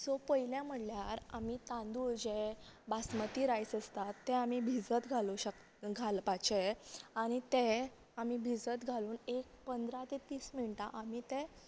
so पयले म्हणल्यार आमी तांदूळ जे बासमती रायस आसतात ते आमी भिजत घालू शक घालपाचे आनी ते आमी भिजत घालून एक पंदरा ते तीस मिनटा आमी ते